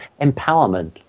empowerment